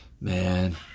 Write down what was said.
man